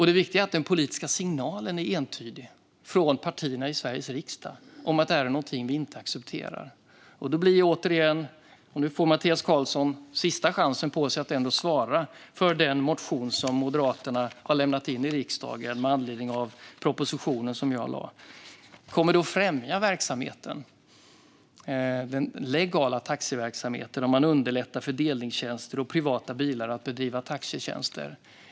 Det viktiga är att den politiska signalen från partierna i Sveriges riksdag är entydig om att vi inte accepterar detta. Mattias Karlsson får nu en sista chans att svara för den motion som Moderaterna har väckt i riksdagen med anledning av den proposition som jag lade fram. Kommer det att främja den legala taxiverksamheten om man underlättar för delningstjänster och för att utföra taxitjänster i privata bilar?